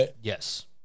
Yes